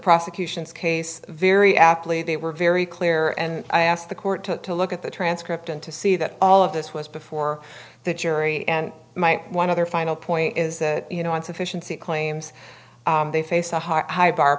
prosecution's case very aptly they were very clear and i asked the court to to look at the transcript and to see that all of this was before the jury and my one other final point is that you know insufficiency claims they face a high bar